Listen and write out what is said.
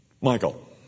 Michael